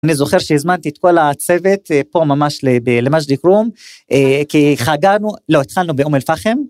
אני זוכר שהזמנתי את כל הצוות פה ממש למג'דל כרום, כי חגגנו, לא, התחלנו באום אל-פחם.